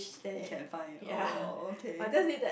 he can find oh okay